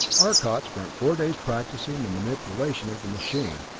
arcot spent four days practicing the manipulation of the machine,